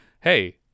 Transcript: hey